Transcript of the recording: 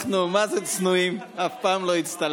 אנחנו מה זה צנועים, אף פעם לא הצטלמנו.